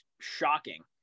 shocking